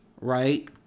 right